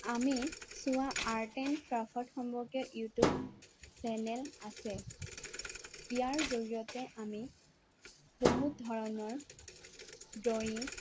আমি চোৱা art and ক্ৰাফটসম্পৰ্কে ইউটিউব চেনেল আছে ইয়াৰ জড়িয়তে আমি বহু ধৰণৰ ড্ৰয়িং